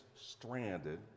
stranded